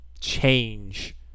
change